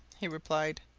he replied.